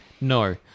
No